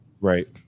Right